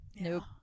Nope